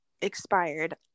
expired